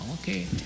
Okay